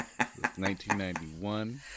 1991